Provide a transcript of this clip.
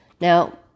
Now